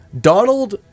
Donald